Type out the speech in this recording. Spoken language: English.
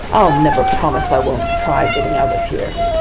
i'll never promise i won't try getting out of here!